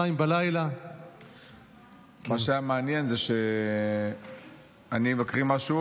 02:00. מה שהיה מעניין זה שאני מקריא משהו,